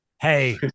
Hey